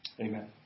Amen